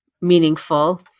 meaningful